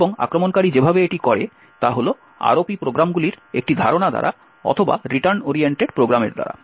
এবং আক্রমণকারী যেভাবে এটি করে তা হল ROP প্রোগ্রামগুলির একটি ধারণা দ্বারা অথবা রিটার্ন ওরিয়েন্টেড প্রোগ্রামের দ্বারা